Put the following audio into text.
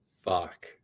Fuck